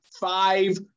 five